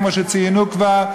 כמו שציינו כבר,